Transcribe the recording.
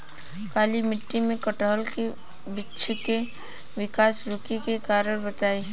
काली मिट्टी में कटहल के बृच्छ के विकास रुके के कारण बताई?